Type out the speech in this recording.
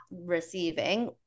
receiving